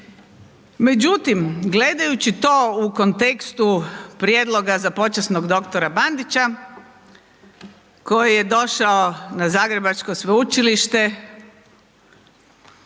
Međutim, gledajući to u kontekstu prijedloga za počasnog doktora Bandića, koji je došao na Zagrebačko Sveučilište,